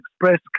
Express